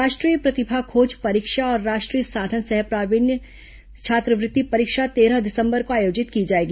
राष्ट्रीय प्रतिभा खोज परीक्षा और राष्ट्रीय साधन सह प्रावीण्य छात्रवृत्ति परीक्षा तेरह दिसंबर को आयोजित की जाएगी